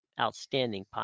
outstanding